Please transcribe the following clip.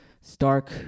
stark